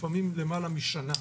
לפעמים למעלה משנה,